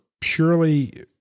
purely